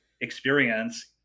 experience